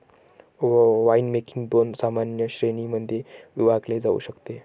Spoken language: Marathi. वाइनमेकिंग दोन सामान्य श्रेणीं मध्ये विभागले जाऊ शकते